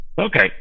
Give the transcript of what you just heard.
okay